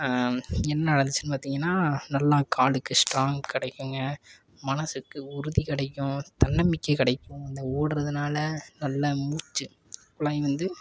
என்ன நடந்துச்சுன்னு பார்த்திங்கனா நல்லா காலுக்கு ஸ்ட்ராங் கிடைக்குங்க மனசுக்கு உறுதி கிடைக்கும் தன்னம்பிக்கை கிடைக்கும் அந்த ஒடுறதுனால நல்ல மூச்சு குழாய் வந்து